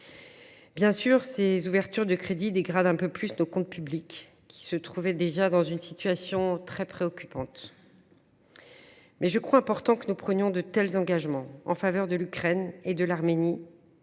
Évidemment, ces ouvertures de crédits dégradent un peu plus nos comptes publics, qui se trouvaient déjà dans une situation très préoccupante, mais je crois important que nous prenions de tels engagements en faveur de l’Ukraine et de l’Arménie